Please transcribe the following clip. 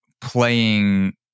playing